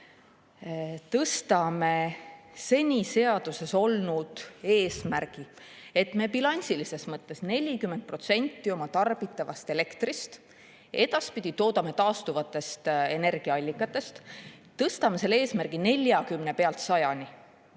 tõstame seni seaduses olnud eesmärki, et me bilansilises mõttes 40% oma tarbitavast elektrist edaspidi toodame taastuvatest energiaallikatest. Me tõstame selle eesmärgi 40% pealt 100%‑le.